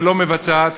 ולא מבצעת,